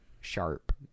Sharp